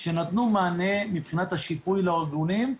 שנתנו מענה מבחינת השיפוי לארגונים.